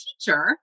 teacher